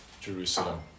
Jerusalem